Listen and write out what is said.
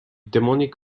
demonic